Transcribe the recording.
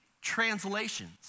translations